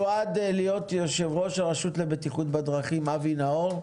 יש אדם מדהים שמיועד להיות יושב-ראש הרשות לבטיחות בדרכים אבי נאור.